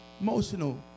Emotional